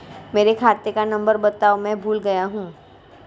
मेरे खाते का नंबर बताओ मैं भूल गया हूं